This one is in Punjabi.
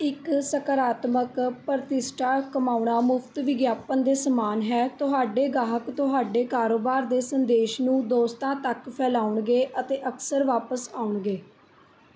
ਇੱਕ ਸਕਾਰਾਤਮਕ ਪ੍ਰਤਿਸ਼ਠਾ ਕਮਾਉਣਾ ਮੁਫਤ ਵਿਗਿਆਪਨ ਦੇ ਸਮਾਨ ਹੈ ਤੁਹਾਡੇ ਗਾਹਕ ਤੁਹਾਡੇ ਕਾਰੋਬਾਰ ਦੇ ਸੰਦੇਸ਼ ਨੂੰ ਦੋਸਤਾਂ ਤੱਕ ਫੈਲਾਉਣਗੇ ਅਤੇ ਅਕਸਰ ਵਾਪਸ ਆਉਣਗੇ